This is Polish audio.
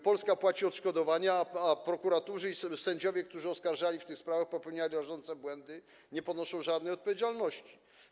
Polska płaci odszkodowania, a prokuratorzy i sędziowie, którzy oskarżali w tych sprawach, popełniali rażące błędy, nie ponoszą żadnej odpowiedzialności.